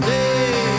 day